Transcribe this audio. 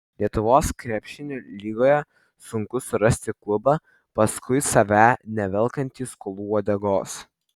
lietuvos krepšinio lygoje sunku surasti klubą paskui save nevelkantį skolų uodegos